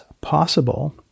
possible